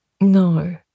No